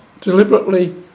deliberately